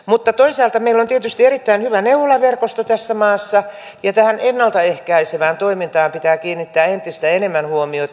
mutta toisaalta meillä on tietysti erittäin hyvä neuvolaverkosto tässä maassa ja tähän ennalta ehkäisevään toimintaan pitää kiinnittää entistä enemmän huomiota